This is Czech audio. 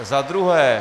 Za druhé.